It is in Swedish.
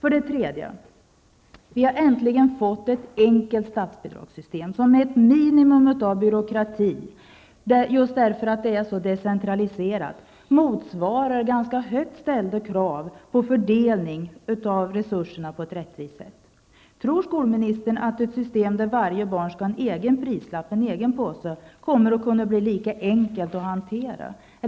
Vi har äntligen fått ett enkelt statsbidragssystem som med ett minimum med byråkrati, just därför att det är så decentraliserat, motsvarar ganska högt ställda krav på fördelning av resurserna på rättvisst sätt. Tror skolministern att ett system där varje barn skall ha en egen prislapp, en egen påse, kommer att bli lika enkel att hantera?